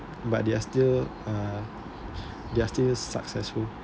but they're still uh they are still successful